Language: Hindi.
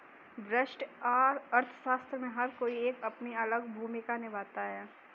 व्यष्टि अर्थशास्त्र में हर कोई एक अपनी अलग भूमिका निभाता है